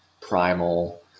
primal